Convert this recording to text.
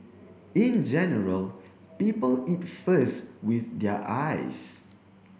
in general people eat first with their eyes